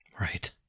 Right